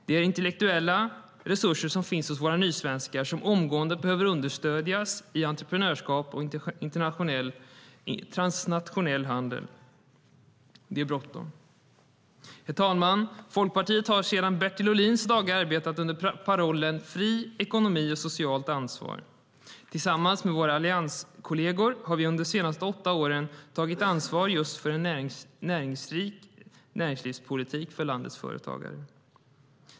Det är intellektuella resurser som finns hos våra nysvenskar och som omgående behöver understödjas i entreprenörskap och transnationell handel. Det är bråttom. Herr ålderspresident! Folkpartiet har sedan Bertil Ohlins dagar arbetat under parollen fri ekonomi och socialt ansvar. Tillsammans med våra allianskolleger har vi under de senaste åtta åren tagit ansvar just för en näringsrik näringslivspolitik för landets företagare.